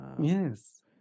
yes